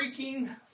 freaking